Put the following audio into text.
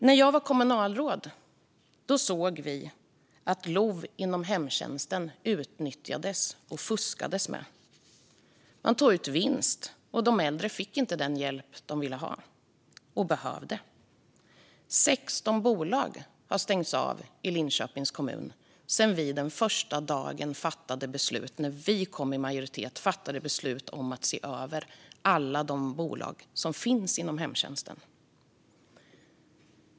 När jag var kommunalråd såg vi att man utnyttjade och fuskade med LOV inom hemtjänsten. Man tog ut vinst, och de äldre fick inte den hjälp de ville ha och behövde. 16 bolag har stängts av i Linköpings kommun sedan vi den första dagen, när vi kom i majoritet, fattade beslut om att se över alla de bolag som finns inom hemtjänsten.